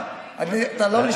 מה אתה אומר פה?